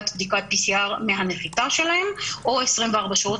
בדיקת PCR מהנחיתה שלהם או 24 שעות,